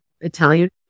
Italian